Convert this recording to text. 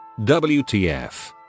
WTF